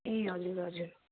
ए हजुर हजुर